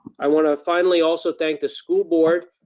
i want to finally also thank the school board